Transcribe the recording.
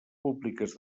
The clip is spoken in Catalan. públiques